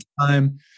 time